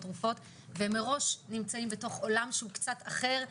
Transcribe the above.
תרופות והם מראש נמצאים בעולם קצת אחר,